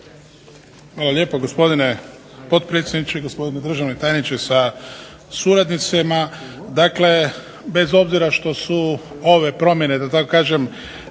Hvala lijepo gospodine potpredsjedniče, gospodine državni tajniče sa suradnicima. Dakle, bez obzira što su ove promjene, da tako kažem